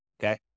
okay